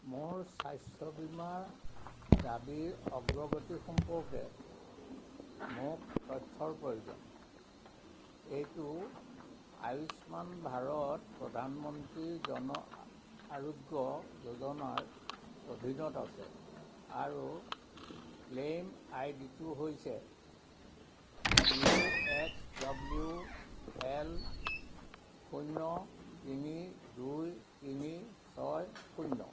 মোৰ স্বাস্থ্য বীমা দাবীৰ অগ্ৰগতি সম্পৰ্কে মোক তথ্যৰ প্ৰয়োজন এইটো আয়ুষ্মান ভাৰত প্ৰধানমন্ত্ৰী জন আৰোগ্য যোজনা ৰ অধীনত আছে আৰু ক্লেইম আই ডিটো হৈছে ইউ এক্স ডাব্লিউ এল শূন্য তিনি দুই তিনি ছয় শূন্য